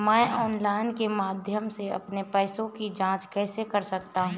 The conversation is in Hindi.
मैं ऑनलाइन के माध्यम से अपने पैसे की जाँच कैसे कर सकता हूँ?